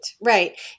right